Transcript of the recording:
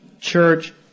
church